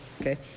Okay